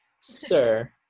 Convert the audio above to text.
sir